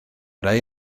rhai